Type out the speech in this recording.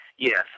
Yes